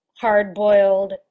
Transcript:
hard-boiled